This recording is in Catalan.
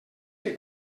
que